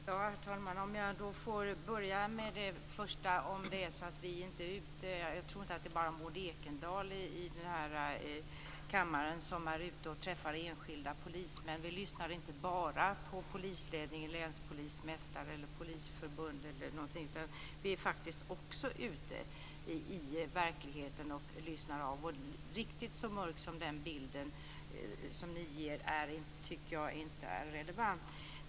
Herr talman! Låt mig börja med den första frågan. Jag tror att det inte bara är Maud Ekendahl bland ledamöterna här i kammaren som är ute och träffar enskilda polismän. Vi lyssnar inte bara på polisledning, länspolismästare, Polisförbundet e.d., utan vi är faktiskt också ute i verkligheten och lyssnar. Jag tycker inte att bilden är fullt så mörk som ni framställer den.